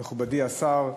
מכובדי השר,